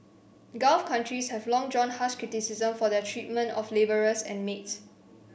gulf countries have long drawn harsh criticism for their treatment of labourers and maids